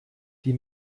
die